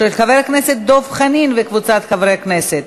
של חבר הכנסת דב חנין וקבוצת חברי הכנסת.